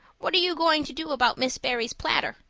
what are you going to do about miss barry's platter?